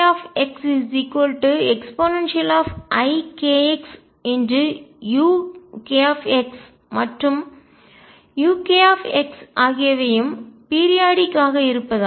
kxeikxuk மற்றும் uk ஆகியவையும் periodic குறிப்பிட்ட கால இடைவெளி ஆக இருப்பதால்